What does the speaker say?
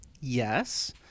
yes